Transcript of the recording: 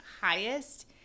highest